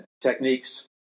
techniques